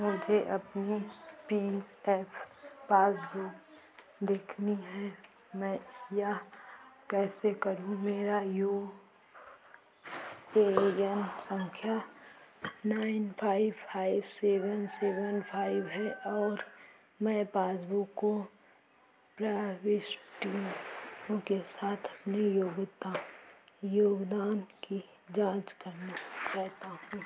मुझे अपनी P F passbook देखनी है मैं यह कैसे करूँ मेरा यू ए एन सँख्या nine five five seven seven five है और मैं पासबुक में प्रविष्टियों के साथ अपने योगता योगदान की जाँच करना चाहता हूँ